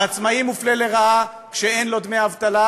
העצמאי מופלה לרעה בכך שאין לו דמי אבטלה,